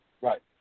Right